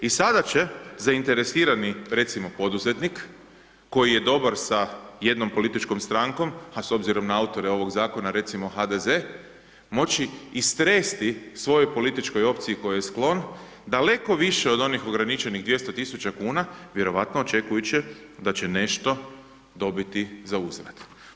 I sada će zainteresirani, recimo poduzetnik, koji je dobar sa jednom političkom strankom, a s obzirom na autore ovog zakona, recimo HDZ moći istresti svojoj političkoj opciji, kojoj je sklon, daleko više od onih ograničenih 200 tisuća kuna, vjerojatno očekujući, da će nešto dobiti za uzvrat.